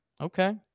Okay